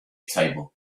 table